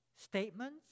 statements